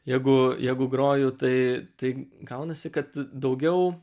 jeigu jeigu groju tai tai gaunasi kad daugiau